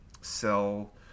sell